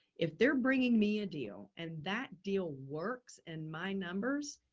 if they're bringing me a deal and that deal works and my numbers,